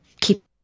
keep